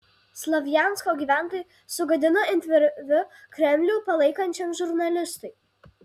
slovjansko gyventojai sugadino interviu kremlių palaikančiam žurnalistui